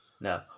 No